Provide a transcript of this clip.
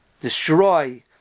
destroy